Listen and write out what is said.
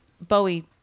Bowie